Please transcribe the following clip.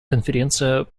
конференция